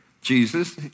Jesus